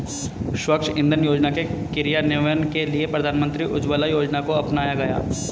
स्वच्छ इंधन योजना के क्रियान्वयन के लिए प्रधानमंत्री उज्ज्वला योजना को अपनाया गया